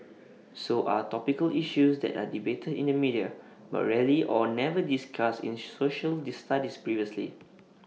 so are topical issues that are debated in the media but rarely or never discussed in social the studies previously